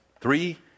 Three